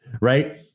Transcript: right